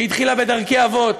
שהתחילה בדרכי אבות,